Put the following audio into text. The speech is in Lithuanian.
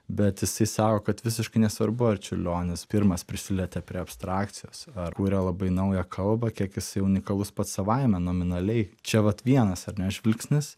bet jisai sako kad visiškai nesvarbu ar čiurlionis pirmas prisilietė prie abstrakcijos ar kūrė labai naują kalbą kiek jisai unikalus pats savaime nominaliai čia vat vienas ar ne žvilgsnis